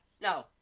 no